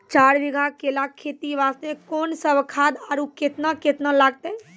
चार बीघा केला खेती वास्ते कोंन सब खाद आरु केतना केतना लगतै?